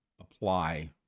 apply